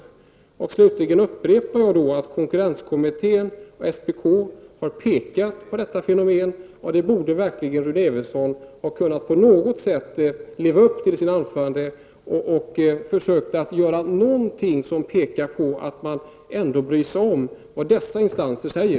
Slutligen upprepar jag att man inom både konkurrenskommittén och SPK har pekat på detta fenomen. Rune Evensson borde verkligen på något sätt ha försökt visa att man ändå bryr sig om vad som sägs från dessa instansers sida.